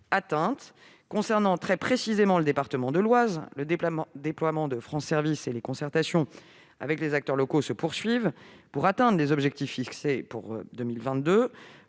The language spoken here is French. atteinte. Concernant très précisément le département de l'Oise, le déploiement de France Services et les concertations avec les acteurs locaux se poursuivent pour atteindre les objectifs fixés pour 2022.